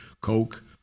coke